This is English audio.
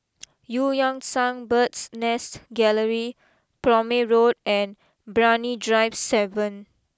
Eu Yan Sang Bird's Nest Gallery Prome Road and Brani Drive seven